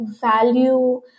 value